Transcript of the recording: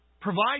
provide